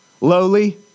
lowly